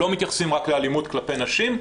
לא מתייחסים רק לאלימות כלפי נשים,